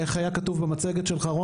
איך היה כתוב במצגת שלך,